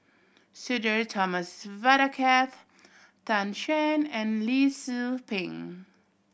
Sudhir Thomas Vadaketh Tan Shen and Lee Tzu Pheng